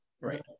right